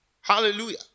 Hallelujah